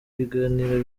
ibiganiro